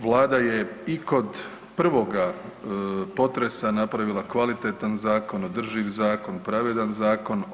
Vlada je i kod prvoga potresa napravila kvalitetan zakon, održiv zakon, pravedan zakon.